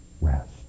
rest